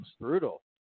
Brutal